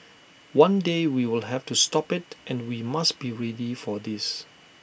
one day we will have to stop IT and we must be ready for this